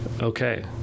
Okay